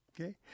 Okay